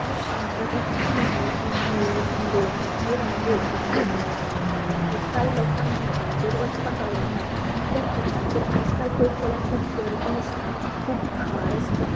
आनी शांत ठिकाण म्हणलें की न्हंयो झऱ्यो ह्यो आयल्योच आयजकाल लोकांक बिचांचेर वचपाक आवडना कित्याक बिचांचेर आयजकाल पळयत जाल्यार खूब गर्दी आसता खूब घाण आसता